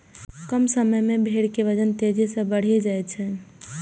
कम समय मे भेड़ के वजन तेजी सं बढ़ि जाइ छै